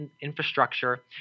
infrastructure